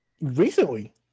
Recently